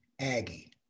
Aggie